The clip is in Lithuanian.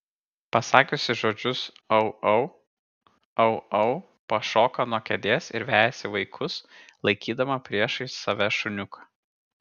pasakiusi žodžius au au au au pašoka nuo kėdės ir vejasi vaikus laikydama priešais save šuniuką